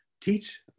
teach